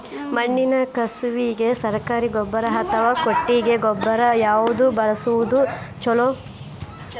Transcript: ಮಣ್ಣಿನ ಕಸುವಿಗೆ ಸರಕಾರಿ ಗೊಬ್ಬರ ಅಥವಾ ಕೊಟ್ಟಿಗೆ ಗೊಬ್ಬರ ಯಾವ್ದು ಬಳಸುವುದು ಛಲೋ?